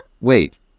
Wait